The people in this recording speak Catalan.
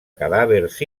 cadàvers